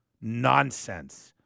nonsense